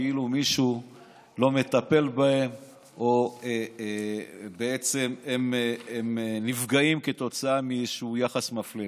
כאילו מישהו לא מטפל בהם או בעצם הם נפגעים מאיזשהו יחס מפלה.